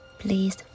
please